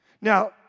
Now